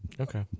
Okay